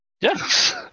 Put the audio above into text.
Yes